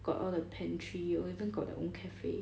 got all the pantry or even got their own cafe